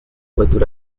with